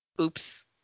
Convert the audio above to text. oops